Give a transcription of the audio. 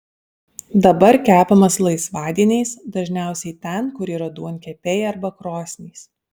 dabar kepamas laisvadieniais dažniausiai ten kur yra duonkepiai arba krosnys